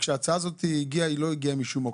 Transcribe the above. ההצעה הזאת לא הגיעה משום מקום,